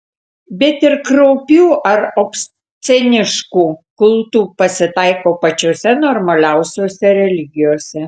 bet ir kraupių ar obsceniškų kultų pasitaiko pačiose normaliausiose religijose